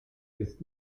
ist